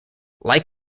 like